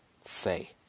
say